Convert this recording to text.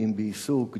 מרפאים בעיסוק,